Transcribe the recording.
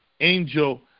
Angel